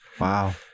Wow